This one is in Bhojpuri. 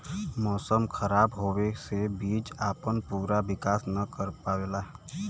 मौसम खराब होवे से बीज आपन पूरा विकास न कर पावेला